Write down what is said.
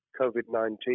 COVID-19